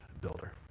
builder